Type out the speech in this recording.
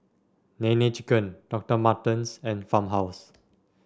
Nene Chicken Docter Martens and Farmhouse